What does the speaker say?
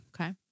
Okay